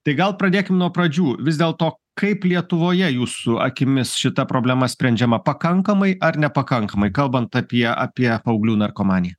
tai gal pradėkim nuo pradžių vis dėlto kaip lietuvoje jūsų akimis šita problema sprendžiama pakankamai ar nepakankamai kalbant apie apie paauglių narkomaniją